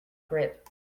grip